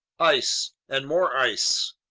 ice, and more ice.